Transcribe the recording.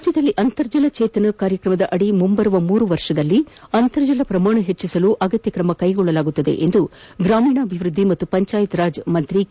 ರಾಜ್ಞದಲ್ಲಿ ಅಂತರ್ಜಲ ಚೇತನ ಕಾರ್ಯಕ್ರಮದಡಿ ಮುಂಬರುವ ಮೂರು ವರ್ಷಗಳಲ್ಲಿ ಅಂತರ್ಜಲ ಪ್ರಮಾಣ ಹೆಚ್ಚಿಸಲು ಅಗತ್ಯ ಕ್ರಮ ಕೈಗೊಳ್ಳಲಾಗುವುದು ಎಂದು ಗ್ರಾಮೀಣಾಭಿವೃದ್ಧಿ ಮತ್ತು ಪಂಚಾಯತ್ ರಾಜ್ ಸಚಿವ ಕೆ